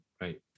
right